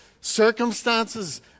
circumstances